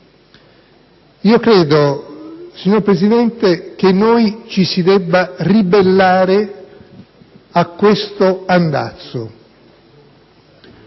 Io credo, signora Presidente, che ci si debba ribellare a questo andazzo.